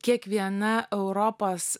kiekviena europos